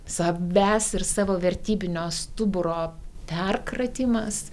savęs ir savo vertybinio stuburo perkratymas